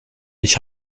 ich